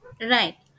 Right